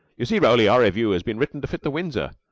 you see, roly, our revue has been written to fit the windsor.